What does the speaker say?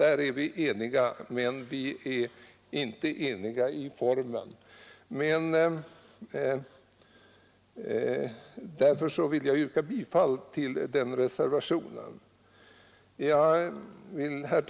Detta är, som jag sade tidigare, inte en fråga om själva saken. Om den är vi eniga, men vi är inte eniga om formen. Jag